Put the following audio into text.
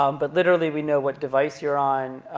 um but literally, we know what device you're on,